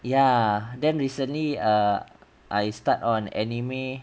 ya then recently err I start on anime